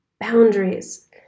boundaries